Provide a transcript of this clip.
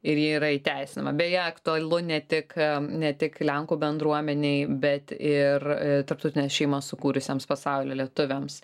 ir ji yra įteisinama beje aktualu ne tik ne tik lenkų bendruomenei bet ir tarptautinę šeimą sukūrusiems pasaulio lietuviams